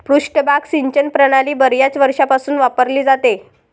पृष्ठभाग सिंचन प्रणाली बर्याच वर्षांपासून वापरली जाते